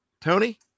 tony